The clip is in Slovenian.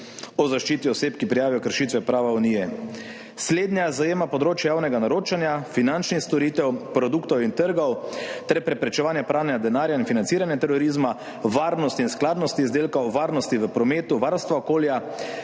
o zaščiti oseb, ki prijavijo kršitve prava Unije. Slednja zajema področja javnega naročanja, finančnih storitev, produktov in trgov ter preprečevanja pranja denarja in financiranja terorizma, varnosti in skladnosti izdelkov, varnosti v prometu, varstva okolja,